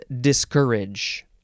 discourage